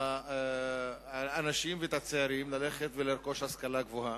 את האנשים ואת הצעירים ללכת ולרכוש השכלה גבוהה.